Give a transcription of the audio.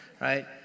right